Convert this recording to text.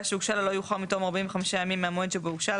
שהוגשה לה לא יאוחר מתום 45 ימים מהמועד שבו הוגשה לה,